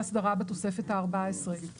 אבל צריך להסתכל על כל שאלת שוק המוניות.